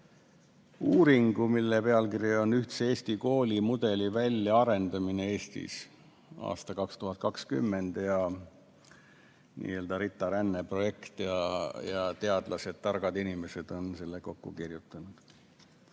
uuringu, mille pealkiri on "Ühtse Eesti kooli mudeli väljaarendamine Eestis 2020". RITA-RÄNNE projekt ja teadlased, targad inimesed on selle kokku kirjutanud.